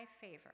favor